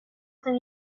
zen